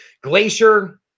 Glacier